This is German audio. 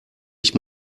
ich